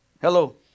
Hello